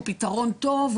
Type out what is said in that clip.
הוא פתרון טוב.